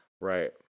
Right